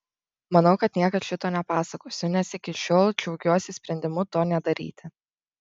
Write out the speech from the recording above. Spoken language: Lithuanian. manau kad niekad šito nepasakosiu nes iki šiol džiaugiuosi sprendimu to nedaryti